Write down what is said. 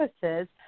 services